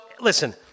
listen